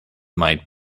might